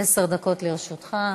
עשר דקות לרשותך.